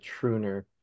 truner